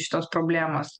šitos problemos